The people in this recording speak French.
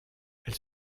elle